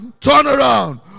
turnaround